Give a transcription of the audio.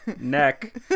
NECK